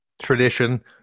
tradition